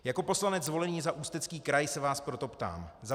Jako poslanec zvolený za Ústecký kraj se vás proto ptám: 1.